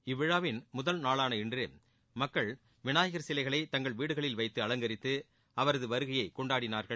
இவ்விழாவின் முதல்நாளாள இன்று மக்கள் விநாயகர் சிலைகளை தங்கள் வீடுகளில் வைத்து அலங்கரித்து அவரது வருகையை கொண்டாடினார்கள்